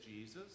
Jesus